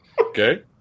Okay